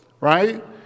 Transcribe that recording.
right